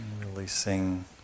releasing